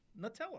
Nutella